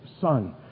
Son